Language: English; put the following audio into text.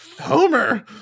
Homer